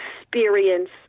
experience